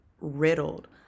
riddled